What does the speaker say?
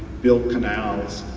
build canals,